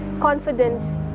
confidence